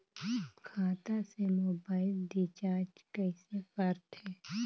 खाता से mobile recharge कइसे करथे